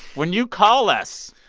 when you call us,